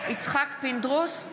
יצחק פינדרוס,